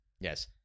Yes